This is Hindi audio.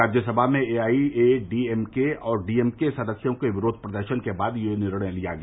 राज्यसभा में A I A D M K और डी एम के सदस्यों के विरोध प्रदर्शन के बाद यह निर्णय लिया गया